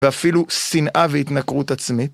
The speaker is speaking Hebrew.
ואפילו שנאה והתנקרות עצמית.